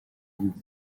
goût